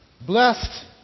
Blessed